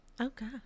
okay